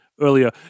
earlier